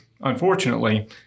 unfortunately